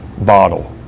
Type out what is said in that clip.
bottle